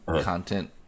content